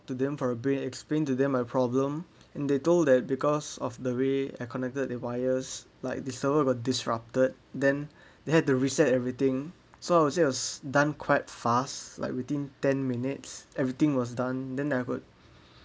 to them for a brief explain to them my problem and they told that because of the way I connected to wires like the server was disrupted then they had to reset everything so I was it was done quite fast like within ten minutes everything was done then I could